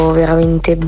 veramente